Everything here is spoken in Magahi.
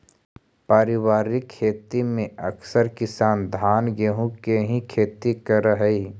पारिवारिक खेती में अकसर किसान धान गेहूँ के ही खेती करऽ हइ